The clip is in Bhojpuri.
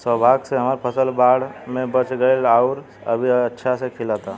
सौभाग्य से हमर फसल बाढ़ में बच गइल आउर अभी अच्छा से खिलता